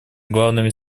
главными